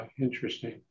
Interesting